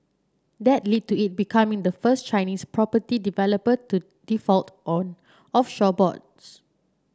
that lead to it becoming the first Chinese property developer to default on offshore bonds